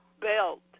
belt